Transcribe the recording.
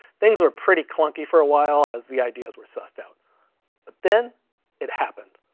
things were pretty clunky for awhile as the ideas were sussed out, but then it happened.